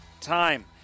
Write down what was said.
time